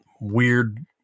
weird